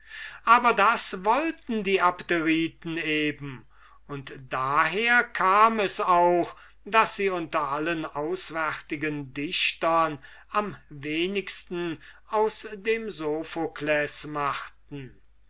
aber das wollten die abderiten eben und daher kam es auch daß sie unter allen auswärtigen dichtern am wenigsten aus dem sophokles machten